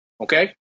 okay